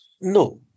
No